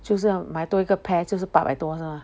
就这样买多一个 pair 就是八百多是吗